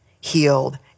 healed